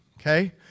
okay